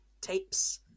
tapes